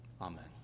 Amen